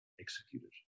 executed